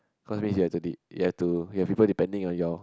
cause mean you already you have to you have people to depending on your